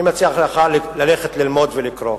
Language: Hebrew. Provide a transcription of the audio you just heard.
אני מציע לך ללכת ללמוד ולקרוא.